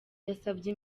yasabye